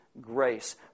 grace